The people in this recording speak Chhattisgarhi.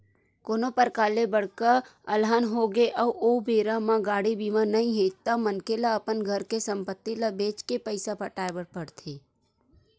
कोनो परकार ले बड़का अलहन होगे अउ ओ बेरा म गाड़ी बीमा नइ हे ता मनखे ल अपन घर के संपत्ति ल बेंच के पइसा पटाय बर पड़थे